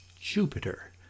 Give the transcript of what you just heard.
Jupiter